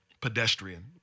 pedestrian